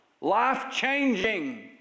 life-changing